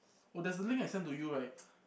oh there's a link I sent to you right